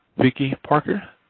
vicky parker,